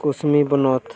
ᱠᱩᱥᱢᱤ ᱵᱚᱱᱚᱛ